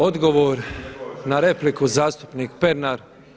Odgovor na repliku zastupnik Pernar.